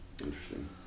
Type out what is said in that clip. interesting